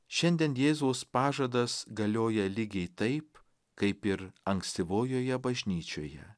šiandien jėzaus pažadas galioja lygiai taip kaip ir ankstyvojoje bažnyčioje